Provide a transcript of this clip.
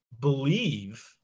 believe